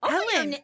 Ellen